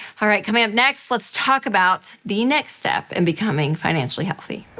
all right, coming up next, let's talk about the next step in becoming financially healthy.